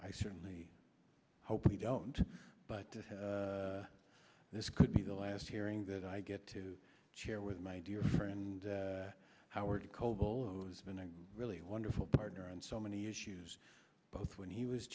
i certainly hope we don't but this could be the last hearing that i get to share with my dear friend howard coble who has been a really wonderful partner on so many issues both when he was